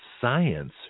Science